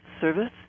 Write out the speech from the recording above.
Service